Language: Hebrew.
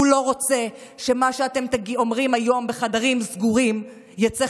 והוא לא רוצה שמה שאתם אומרים היום בחדרים סגורים יצא,